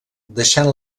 deixant